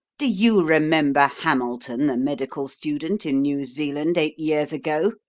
do you remember hamilton, the medical student, in new zealand, eight years ago?